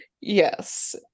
Yes